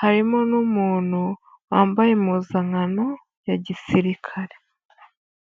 harimo n'umuntu wambaye impuzankano ya gisirikare.